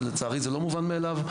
ולצערי זה לא מובן מאליו,